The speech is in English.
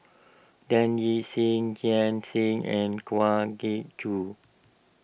Dan Ying Seah Liang Seah and Kwa Geok Choo